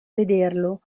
vederlo